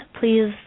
please